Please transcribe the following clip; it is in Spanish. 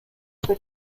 fue